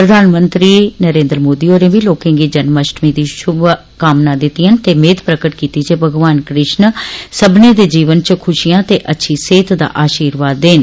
प्रधानमंत्री नरेन्द्र मोदी होरें बी लोकें गी जन्माष्टमी दी मुमारकबाद दिती ते मेद प्रकट कीती जे भगवान कृष्ण सब्बने दे जीवन च खुशियां ते अच्छी सेहत दा आर्शीवाद देन